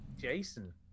jason